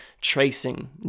tracing